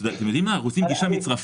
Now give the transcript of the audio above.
אבל אני אגיד יותר מזה יש גם מקרים נקודתיים